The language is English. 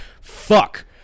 fuck